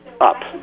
up